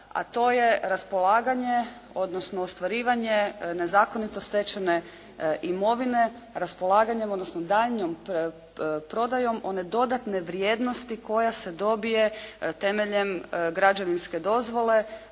a to je raspolaganje odnosno ostvarivanje nezakonito stečene imovine raspolaganjem, odnosno daljnjom prodajom one dodatne vrijednosti koja se dobije temeljem građevinske dozvole